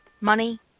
money